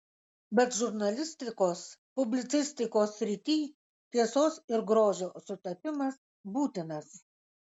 bet žurnalistikos publicistikos srityj tiesos ir grožio sutapimas būtinas